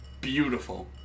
beautiful